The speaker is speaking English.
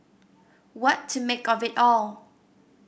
what to make of it all